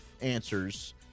answers